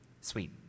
Sweet